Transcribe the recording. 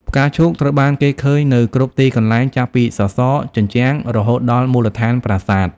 ផ្កាឈូកត្រូវបានគេឃើញនៅគ្រប់ទីកន្លែង ចាប់ពី សសរ ជញ្ជាំង រហូតដល់មូលដ្ឋានប្រាសាទ។